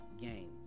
game